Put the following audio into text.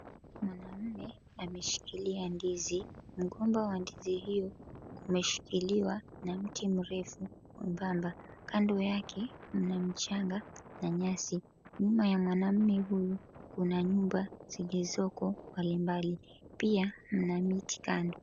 Mwanamme ameshikilia ndizi. Mgomba wa ndizi hiyo umeshikiliwa na mti mrefu mwembamba. Kando yake mna mchanga na nyasi. Nyuma ya mwanamme huyu kuna nyumba zilizoko mbalimbali. Pia mna miti kando.